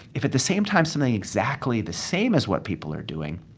if at the same time something exactly the same as what people are doing,